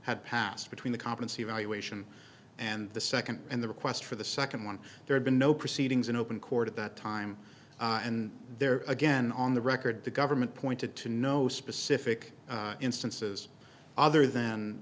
had passed between the conference evaluation and the second and the request for the second one there have been no proceedings in open court at that time and there again on the record the government pointed to no specific instances other than